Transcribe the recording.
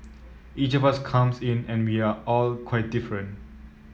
each of us comes in and we are all quite different